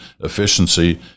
efficiency